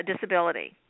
disability